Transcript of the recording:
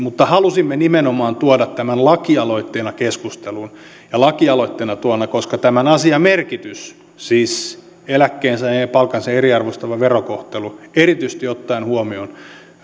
mutta halusimme tuoda tämän keskusteluun nimenomaan lakialoitteena koska tämän asian merkitys siis eläkkeensaajien ja palkansaajien eriarvoistava verokohtelu erityisesti ottaen huomioon